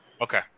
Okay